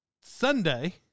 Sunday